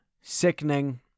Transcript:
sickening